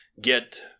get